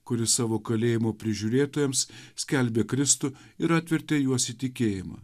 kuris savo kalėjimo prižiūrėtojams skelbė kristų ir atvertė juos į tikėjimą